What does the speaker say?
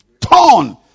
Torn